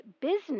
business